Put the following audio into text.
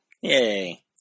Yay